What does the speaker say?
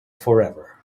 forever